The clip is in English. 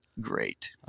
great